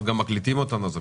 אנחנו